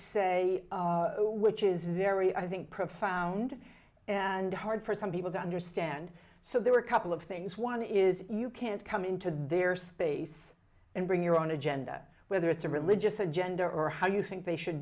say which is very i think profound and hard for some people to understand so there were a couple of things one is you can't come into their space and bring your own agenda whether it's a religious agenda or how you think they should